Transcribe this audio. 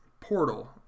portal